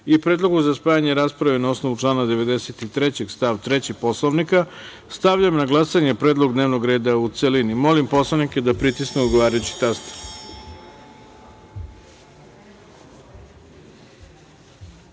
i Predlogu za spajanje rasprave na osnovu člana 93. stav 3. Poslovnika, stavljam na glasanje predlog dnevnog reda u celini. Molim poslanike da pritisnu odgovarajući